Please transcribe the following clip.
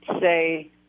say